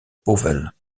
pauwels